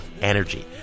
energy